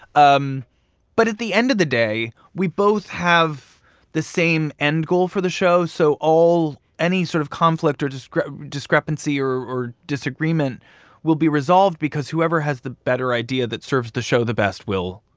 um but at the end of the day, we both have the same end goal for the show. so all any sort of conflict or discrepancy discrepancy or or disagreement will be resolved because whoever has the better idea that serves the show the best will,